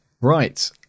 Right